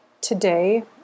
today